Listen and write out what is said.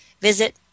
visit